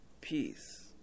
peace